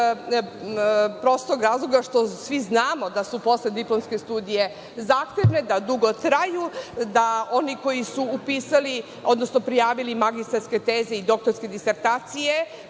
prostog razloga što smi znamo da su posle diplomske studije zahtevne, da dugo traju, da oni koji su upisali, odnosno prijavili magistarske teze i doktorske disertacije